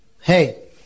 Hey